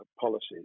policies